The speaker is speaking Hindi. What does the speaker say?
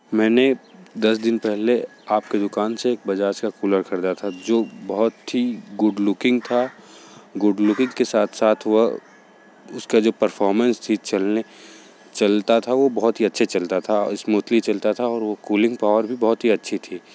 मैंने दस दिन पहले आपके दुकान से एक बजाज का कूलर ख़रीदा था जो बहुत ही गुड लूकिंग था गुड लूकिंग के साथ साथ वह उसका जो परफोर्मेंस थी चलने चलता था वह बहुत ही अच्छे चलता था स्मूथली चलता था वो कूलिंग पावर भी बहुत ही अच्छी थी